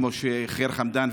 כמו של ח'יר חמדאן,